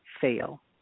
fail